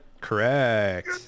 correct